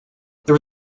there